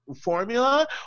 formula